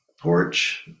porch